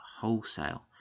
wholesale